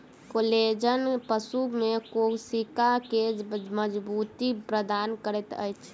collagen पशु में कोशिका के मज़बूती प्रदान करैत अछि